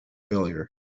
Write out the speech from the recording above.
failure